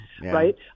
right